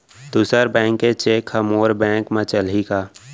दूसर बैंक के चेक ह मोर बैंक म चलही का?